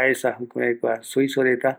aesa, jukurai kua Suisoreta,